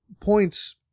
points